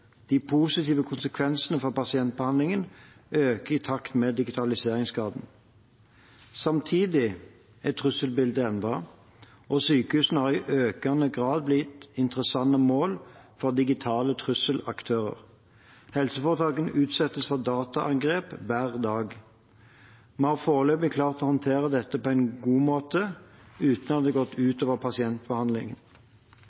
De positive konsekvensene for pasientbehandlingen øker i takt med digitaliseringsgraden. Samtidig er trusselbildet endret, og sykehusene har i økende grad blitt interessante mål for digitale trusselaktører. Helseforetakene utsettes for dataangrep hver dag. Vi har foreløpig klart å håndtere dette på en god måte, uten at det har gått